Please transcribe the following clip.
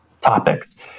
topics